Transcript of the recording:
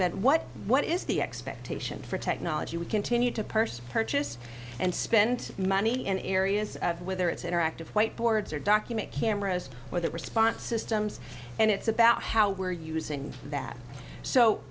been what what is the expectation for technology we continue to purse purchase and spend money in areas of whether it's interactive whiteboards or document cameras or the response systems and it's about how we're using that so